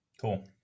Cool